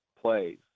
plays